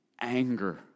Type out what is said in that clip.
anger